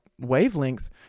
wavelength